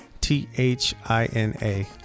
t-h-i-n-a